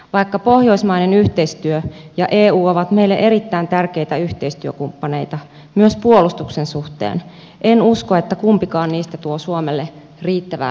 vaikka pohjoismainen yhteistyö ja eu ovat meille erittäin tärkeitä yhteistyökumppaneita myös puolustuksen suhteen en usko että kumpikaan niistä tuo suomelle riittävää lisäturvaa